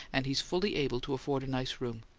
and he's fully able to afford a nice room.